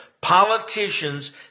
Politicians